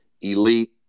elite